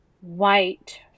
white